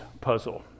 puzzle